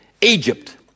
Egypt